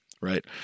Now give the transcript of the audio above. right